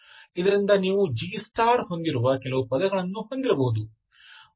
ಇದರಿಂದ ನೀವು G ಹೊಂದಿರುವ ಕೆಲವು ಪದಗಳನ್ನು ಹೊಂದಿರಬಹುದು